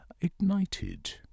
ignited